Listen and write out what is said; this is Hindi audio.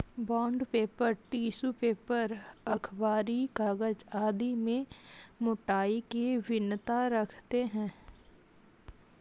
बॉण्ड पेपर, टिश्यू पेपर, अखबारी कागज आदि में मोटाई की भिन्नता देखते हैं